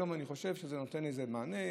היום אני חושב שזה נותן איזה מענה.